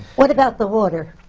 what about the water?